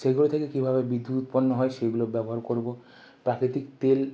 সেইগুলো থেকে কীভাবে বিদ্যুৎ উৎপন্ন হয় সেইগুলোর ব্যবহার করবো প্রাকৃতিক তেল